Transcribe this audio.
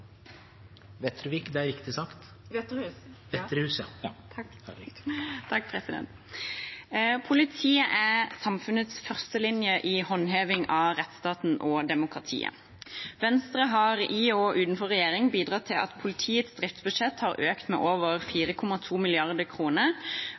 er samfunnets førstelinje i håndheving av rettsstaten og demokratiet. Venstre har i og utenfor regjering bidratt til at politiets driftsbudsjett har økt med over